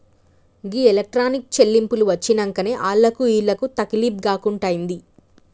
గీ electronic చెల్లింపులు వచ్చినంకనే ఆళ్లకు ఈళ్లకు తకిలీబ్ గాకుంటయింది